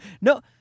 No